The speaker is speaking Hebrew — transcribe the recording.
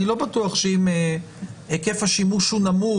אני לא בטוח שאם היקף השימוש הוא נמוך,